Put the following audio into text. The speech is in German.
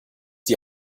die